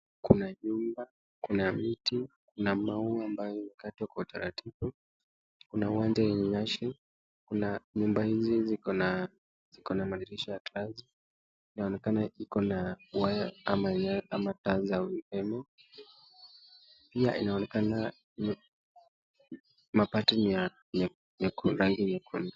Kuna nyumba, kuna miti, kuna maua ambayo yamekatwa kwa utaratibu. Kuna uwanja wenye nyasi, kuna, nyumba hizi ziko na, ziko na madirisha ya glasi na inaonekana iko na waya ama, ama taa za umeme. Pia inaonekana mapato ni ya ni ya.